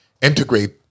integrate